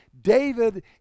David